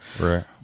right